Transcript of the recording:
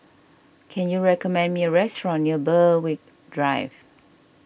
can you recommend me a restaurant near Berwick Drive